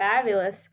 Fabulous